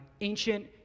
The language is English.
ancient